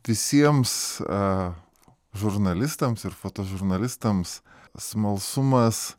visiems a žurnalistams ir fotožurnalistams smalsumas